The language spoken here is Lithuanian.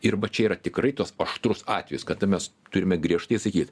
ir vat čia yra tikrai tas aštrus atvejis kada mes turime griežtai sakyt